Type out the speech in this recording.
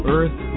Earth